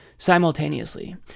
simultaneously